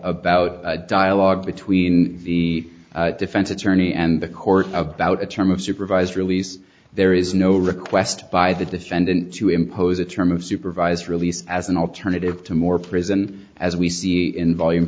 about dialogue between the defense attorney and the court about a term of supervised release there is no request by the defendant to impose a term of supervised release as an alternative to more prison as we see in volume